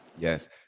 yes